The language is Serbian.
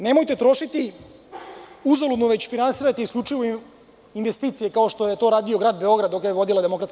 Nemojte trošiti uzaludno, već finansirajte isključivo investicije, kao što je to radio Grad Beograd dok ga je vodila DS.